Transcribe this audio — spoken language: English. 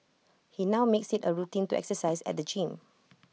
he now makes IT A routine to exercise at the gym